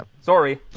Sorry